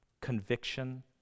conviction